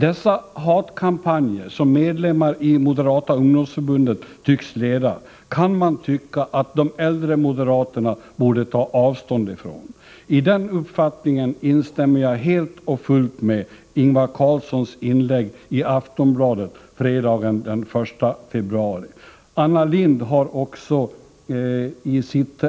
Dessa hatkampanjer, som medlemmar i Moderata ungdomsförbundet tycks leda, kan man tycka att de äldre moderaterna borde ta avstånd ifrån. På den punkten instämmer jag helt och fullt med Ingvar Carlsson uppfattning som den återgavs i ett "inlägg i Aftonbladet fredagen den 1 februari. Också Anna Lindh har varit inne på den här frågan i sitt